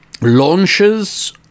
launches